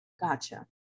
gotcha